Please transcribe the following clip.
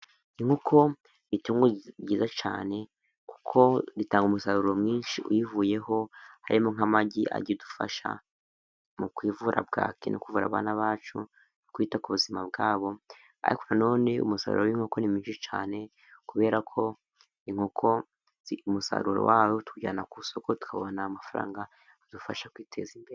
Inkoko n'itungo ryiza cyane kuko ritanga umusaruro mwinshi uyivuyeho, harimo: nk'amagi ajya adufasha mu kuvura bwaki, no kuvura abana bacu no kwita ku buzima bwabo, ariko na none umusaruro w'inkoko ni mwishi cyane, kubera ko inkoko umusaruro wayo tuwujyana ku isoko tukabona amafaranga adufasha kwiteza imbere.